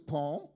Paul